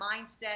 mindset